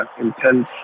intense